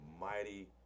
mighty